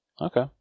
Okay